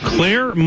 Claire